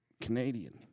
Canadian